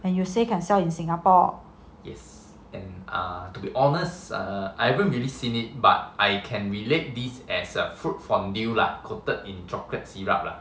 and you say can sell in singapore